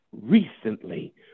recently